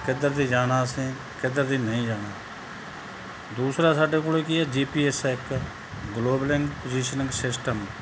ਕਿੱਧਰ ਦੀ ਜਾਣਾ ਅਸੀਂ ਕਿੱਧਰ ਦੀ ਨਹੀਂ ਜਾਣਾ ਦੂਸਰਾ ਸਾਡੇ ਕੋਲ ਕੀ ਹੈ ਜੀ ਪੀ ਐੱਸ ਹੈ ਇੱਕ ਗਲੋਬਲਿੰਗ ਪੋਜੀਸ਼ਨਿੰਗ ਸਿਸਟਮ